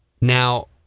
now